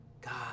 God